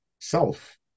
self